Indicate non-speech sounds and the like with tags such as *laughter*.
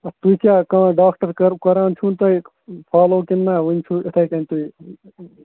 اَتھ تُہۍ کیٛاہ کانٛہہ ڈاکٹر کران چھُو نہٕ تۄہہِ فالو کِنہٕ وُنہِ چھُو یِتھَے کٔنۍ تُہۍ *unintelligible*